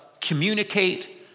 communicate